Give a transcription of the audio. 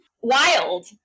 wild